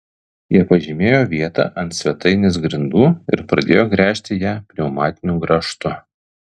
jie pažymėjo vietą ant svetainės grindų ir pradėjo gręžti ją pneumatiniu grąžtu